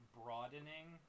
broadening